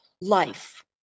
life